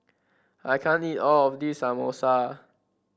I can't eat all of this Samosa